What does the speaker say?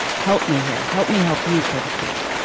help me here. help me help you so to speak.